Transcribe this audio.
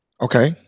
Okay